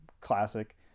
classic